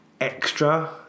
extra